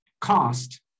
cost